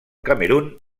camerun